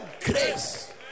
grace